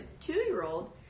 two-year-old